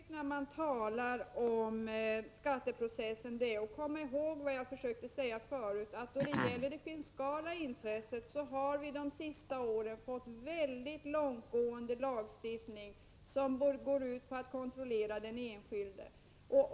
Herr talman! När man talar om skatteprocessen är det väldigt viktigt att komma ihåg vad jag försökte säga förut, nämligen att vi när det gäller det fiskala intresset de senaste åren har fått mycket långtgående lagstiftning som går ut på att kontrollera den enskilde.